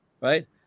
right